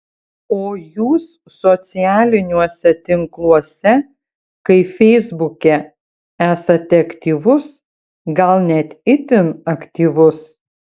o jūs socialiniuose tinkluose kaip feisbuke esate aktyvus gal net itin aktyvus